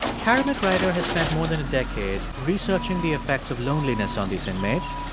keramet reiter has spent more than a decade researching the effects of loneliness on these inmates.